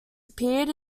appeared